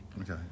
Okay